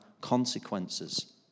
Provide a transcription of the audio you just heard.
consequences